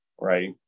Right